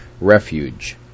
Refuge